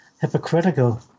hypocritical